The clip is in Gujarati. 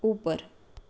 ઉપર